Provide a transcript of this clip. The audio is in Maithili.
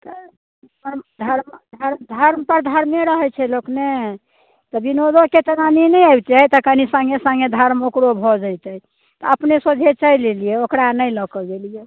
तऽ धर्म धर्म धरने रहैत छै लोक ने तऽ विनोदोके तऽ लेने अबतियै तऽ कनि कनि सङ्गे सङ्गे धर्म ओकरो भऽ जेतथि तऽ अपने सोझे चलि एलियै ओकरा नहि लऽकऽ गेलियै